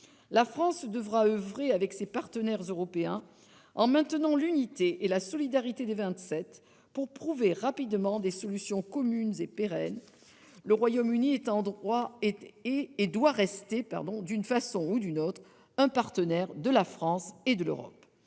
La France devra oeuvrer avec ses partenaires européens, en maintenant l'unité et la solidarité des Vingt-Sept, pour trouver rapidement des solutions communes et pérennes. Le Royaume-Uni est et doit rester, d'une façon ou d'une autre, un partenaire de la France et de l'Europe.